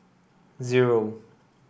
zero